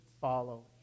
follow